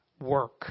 work